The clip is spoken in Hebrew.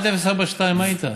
רגע, 1042 מה איתה?